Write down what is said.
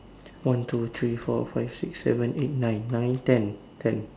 one two three four five six seven eight nine nine ten ten